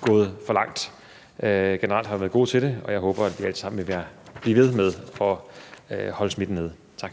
gået for langt. Vi har generelt været gode til det, og jeg håber, at vi alle sammen vil blive ved med at holde smitten nede. Tak.